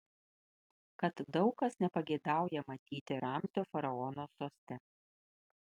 kad daug kas nepageidauja matyti ramzio faraono soste